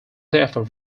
therefore